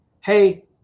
hey